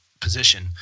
position